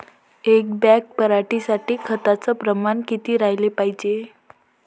एक बॅग पराटी साठी खताचं प्रमान किती राहाले पायजे?